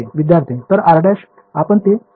विद्यार्थी तर r′ आपण ते लिहित आहोत